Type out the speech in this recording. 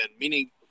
meaning